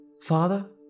Father